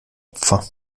opfer